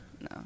No